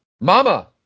Mama